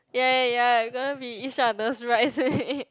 ya ya ya we gonna be each other's bridesmaid